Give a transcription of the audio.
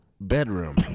bedroom